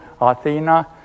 Athena